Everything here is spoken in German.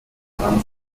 frans